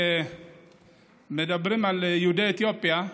כשמדברים על יהודי אתיופיה,